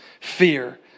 fear